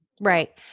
Right